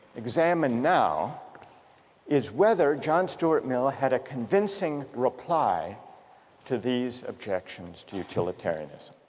examine now is whether john stuart mill had a convincing reply to these objections to utilitarianism.